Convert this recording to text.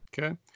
Okay